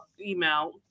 Email